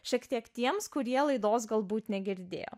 šiek tiek tiems kurie laidos galbūt negirdėjo